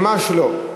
ממש לא.